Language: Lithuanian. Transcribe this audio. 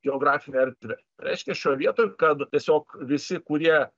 geografine erdve reiškia šioj vietoj kad tiesiog visi kurie